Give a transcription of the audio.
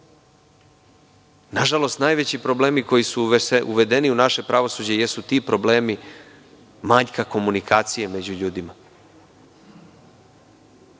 Nažalost, najveći problemi koji su uvedeni u naše pravosuđe jesu ti problemi manjka komunikacije među ljudima. Dakle,